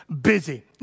busy